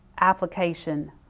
application